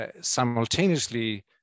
simultaneously